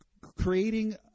creating